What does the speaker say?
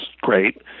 great